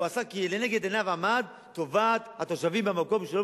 הוא עשה כי לנגד עיניו עמדה טובת התושבים במקום שלא